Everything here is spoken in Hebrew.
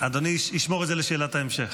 אדוני ישמור את זה לשאלת ההמשך.